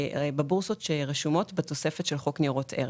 אותה קרן צריכה להיות מנויה בבורסות שרשומות בתוספת של חוק ניירות ערך